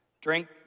Drink